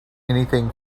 anything